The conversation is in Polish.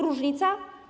Różnica?